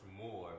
more